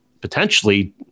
potentially